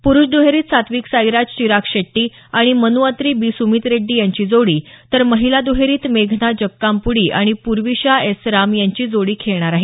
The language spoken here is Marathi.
पुरुष दुहेरीत सात्विक साईराज चिराग शेट्टी आणि मन् अत्री बी सुमीत रेड्डी यांची जोडी तर महिला दहेरीत मेघना जक्कामपूडी आणि पूर्विषा एस राम यांची जोडी खेळणार आहे